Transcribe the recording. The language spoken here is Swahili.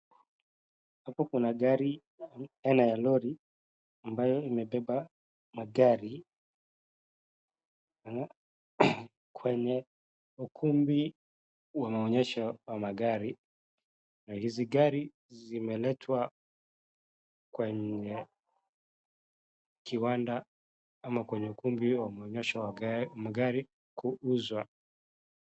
Hapa kuna gari aina ya lori ambayo imebeba magari na kwenye ukumbi wa maonyesho ya magari, na hizi gari zimeletwa kwenye kiwanda ama kwenye ukumbi wa maonyesho wa magari kuuzwa.